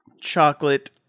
chocolate